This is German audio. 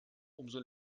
umso